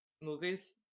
movies